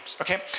Okay